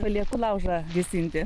palieku laužą gesinti